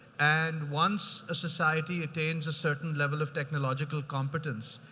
and once a society attains a certain level of technological competence,